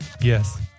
Yes